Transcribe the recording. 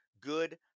good